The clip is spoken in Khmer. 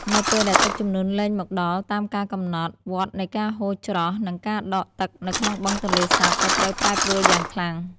នៅពេលដែលទឹកជំនន់លែងមកដល់តាមការកំណត់ វដ្តនៃការហូរច្រោះ និងការដក់ទឹកនៅក្នុងបឹងទន្លេសាបក៏ត្រូវប្រែប្រួលយ៉ាងខ្លាំង។